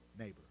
neighbor